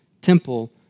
temple